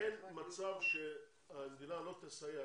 אין מצב שהמדינה לא תסייע.